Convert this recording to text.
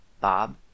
Bob